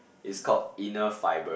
it's called inner fiber